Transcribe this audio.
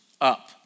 up